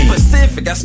Pacific